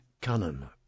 canon